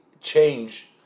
change